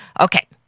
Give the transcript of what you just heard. Okay